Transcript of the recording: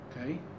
okay